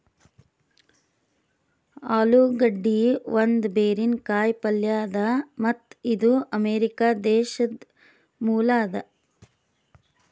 ಆಲೂಗಡ್ಡಿ ಒಂದ್ ಬೇರಿನ ಕಾಯಿ ಪಲ್ಯ ಅದಾ ಮತ್ತ್ ಇದು ಅಮೆರಿಕಾ ದೇಶದ್ ಮೂಲ ಅದಾ